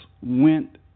went